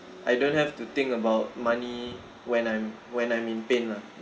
I don't have to think about money when I'm when I'm in pain lah